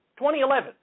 2011